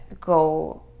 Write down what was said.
go